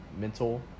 mental